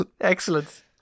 Excellent